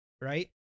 right